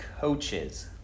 coaches